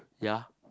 ya